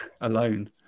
alone